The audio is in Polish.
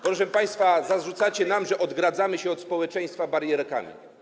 Proszę państwa, zarzucacie nam, że odgradzamy się od społeczeństwa barierkami.